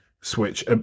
switch